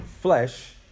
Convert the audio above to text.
flesh